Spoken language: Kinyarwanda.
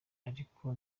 ariko